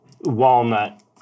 Walnut